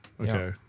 Okay